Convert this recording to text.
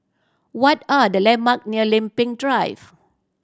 what are the landmark near Lempeng Drive